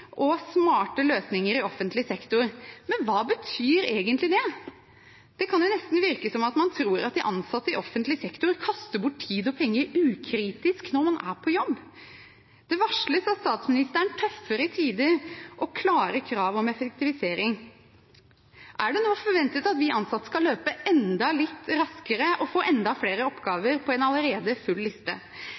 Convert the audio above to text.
og få til smarte løsninger i offentlig sektor. Men hva betyr egentlig det? Det kan nesten virke som man tror at de ansatte i offentlig sektor kaster bort tid og penger ukritisk når de er på jobb. Det varsles av statsministeren tøffere tider og klare krav om effektivisering. Er det nå forventet at vi ansatte skal løpe enda litt raskere og få enda flere oppgaver på en allerede full liste?